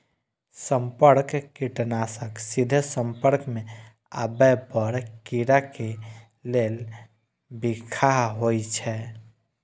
संपर्क कीटनाशक सीधे संपर्क मे आबै पर कीड़ा के लेल बिखाह होइ छै